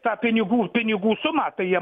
tą pinigų pinigų sumą tai jie